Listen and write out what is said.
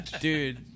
dude